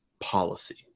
policy